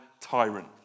tyrant